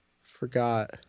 Forgot